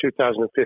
2015